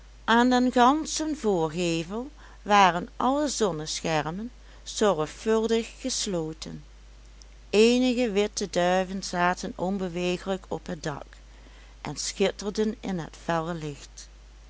aan den ganschen voorgevel waren alle zonneschermen zorgvuldig gesloten eenige witte duiven zaten onbewegelijk op het dak en schitterden in het felle licht